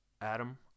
Adam